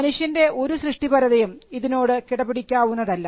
മനുഷ്യൻറെ ഒരു സൃഷ്ടിപരതയും ഇതിനോട് കിടപിടിക്കാവുന്നതല്ല